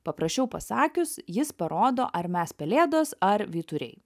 paprasčiau pasakius jis parodo ar mes pelėdos ar vyturiai